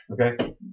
Okay